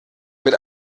mit